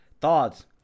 thoughts